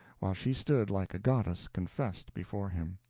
while she stood like a goddess confessed before him.